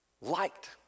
Liked